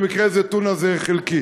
במקרה הזה טונה זה חלקי.